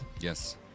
yes